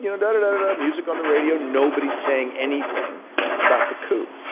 you know da da da da da, music on the radio, nobody's saying anything about the coup.